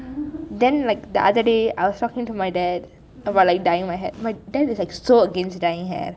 then like the other day I was talking to my dad about like dyeing my hair my dad is so against dyeing hair